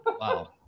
Wow